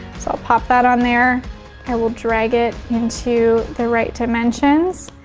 so i'll pop that on there and we'll drag it into the right dimensions.